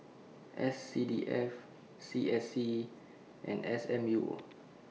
S C D F C S C and S M U